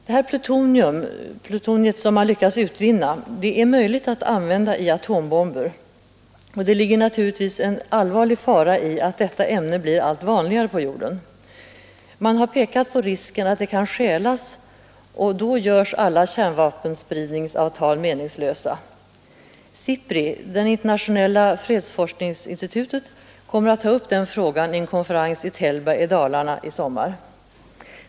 Det plutonium man lyckats utvinna är möjligt att använda i atombomber. Det ligger naturligtvis en allvarlig fara i att detta ämne blir allt vanligare på jorden. Man har pekat på risken att det kan stjälas och göra alla kärnvapenspridningsavtal meningslösa. SIPRI, det internationella fredsforskningsinstitutet, kommer att ta upp den frågan vid en konferens i Tällberg i Dalarna i sommar.